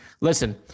listen